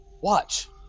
watch